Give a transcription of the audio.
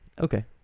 okay